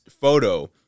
photo